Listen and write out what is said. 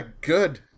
good